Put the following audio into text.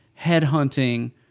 headhunting